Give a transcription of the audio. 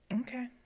Okay